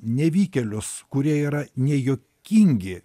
nevykėlius kurie yra nejuokingi